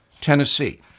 Tennessee